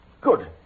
Good